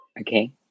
Okay